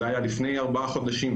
זה היה לפני ארבעה חודשים,